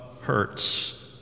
hurts